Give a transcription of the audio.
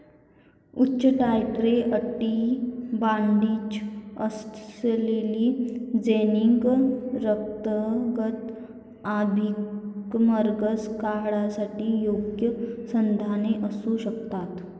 उच्च titre antibodies असलेली देणगी रक्तगट अभिकर्मकांसाठी योग्य संसाधने असू शकतात